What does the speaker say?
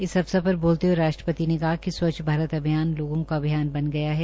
इस अवसर पर बोलते हये राष्ट्रपति ने कहा कि स्वच्छ भारत अभियान लोगों का अभियान बन गया है